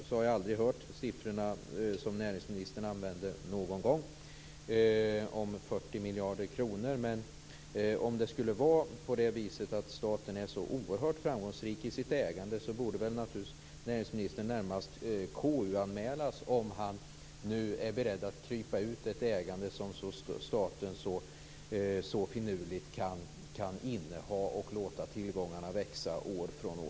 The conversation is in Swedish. Jag har tidigare aldrig hört siffran 40 miljarder kronor som näringsministern använder någon gång. Om det skulle vara på det viset att staten är så oerhört framgångsrik i sitt ägande, borde naturligtvis näringsministern närmast KU-anmälas om han nu är beredd att krypa ur ett ägande som staten så finurligt kan inneha där man låter tillgångarna växa år från år.